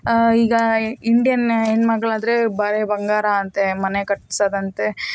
ಈಗ ಇಂಡಿಯನ್ ಹೆಣ್ಮಗಳಾದ್ರೆ ಬಳೆ ಬಂಗಾರಂತೆ ಮನೆ ಕಟ್ಸೋದಂತೆ